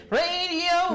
radio